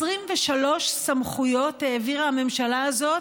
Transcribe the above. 23 סמכויות העבירה הממשלה הזאת.